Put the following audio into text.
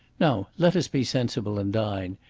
now let us be sensible and dine.